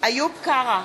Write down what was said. איוב קרא,